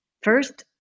first